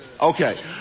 Okay